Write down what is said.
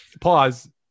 Pause